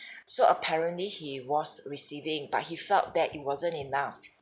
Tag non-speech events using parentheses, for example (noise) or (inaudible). (breath) so apparently he was receiving but he felt that it wasn't enough